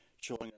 showing